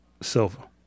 Silva